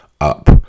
up